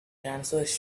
transverse